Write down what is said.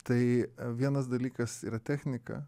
tai vienas dalykas yra technika